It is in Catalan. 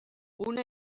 una